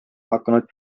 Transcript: hakanud